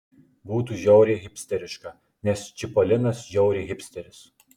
būtų žiauriai hipsteriška nes čipolinas žiauriai hipsteris